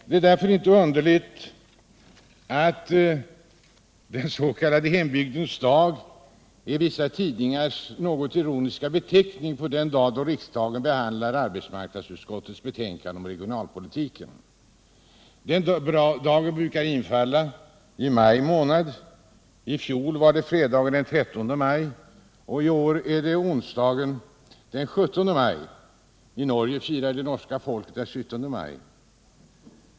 Det är inte underligt att Hembygdens dag är vissa tidningars något ironiska beteckning på den dag då riksdagen behandlar arbetsmarknadsutskottets betänkande om regionalpolitiken. Den dagen brukar infalla i maj månad. I fjol var det fredagen den 13 maj. I år är det onsdagen den 17 maj. I Norge firar det norska folket den syttende maj.